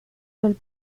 del